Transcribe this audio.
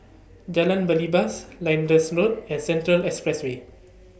Jalan Belibas Lyndhurst Road and Central Expressway